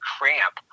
cramp